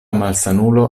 malsanulo